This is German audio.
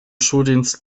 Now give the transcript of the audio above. schuldienst